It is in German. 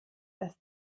dass